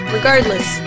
Regardless